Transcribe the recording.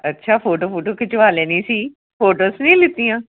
ਅੱਛਾ ਫੋਟੋ ਫੂਟੋ ਖਿਚਵਾ ਲੈਣੀ ਸੀ ਫੋਟੋਸ ਨਹੀਂ ਲਿੱਤੀਆਂ